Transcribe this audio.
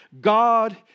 God